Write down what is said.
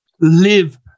Live